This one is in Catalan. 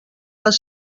les